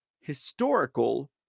historical